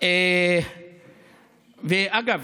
אגב,